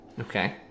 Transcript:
okay